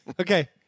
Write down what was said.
Okay